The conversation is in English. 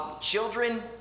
Children